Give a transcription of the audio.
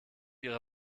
ihre